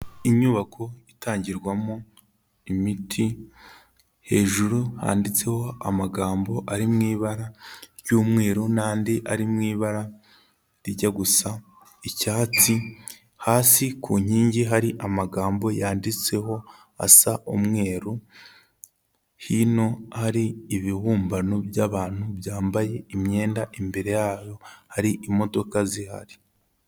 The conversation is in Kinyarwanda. Inyubako itangirwamo imiti, hejuru handitseho amagambo ari mu ibara ry'umweru n'andi ari mu ibara rijya gusa icyatsi, hasi ku nkingi hari amagambo yanditseho asa umweru, hino hari ibibumbano by'abantu byambaye imyenda, imbere yayo hari imodoka zihari.